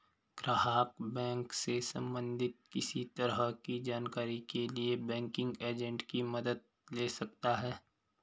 ग्राहक बैंक से सबंधित किसी तरह की जानकारी के लिए बैंकिंग एजेंट की मदद ले सकता है